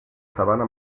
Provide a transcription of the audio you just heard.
sabana